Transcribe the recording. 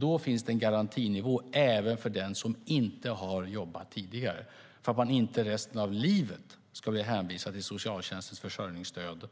Då finns det en garantinivå även för den som inte har jobbat tidigare för att man inte resten av livet ska bli hänvisad till socialtjänstens försörjningsstöd